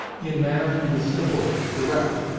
in manner he was simple, direct,